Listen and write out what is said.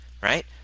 right